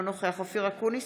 אינו נוכח אופיר אקוניס,